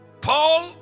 Paul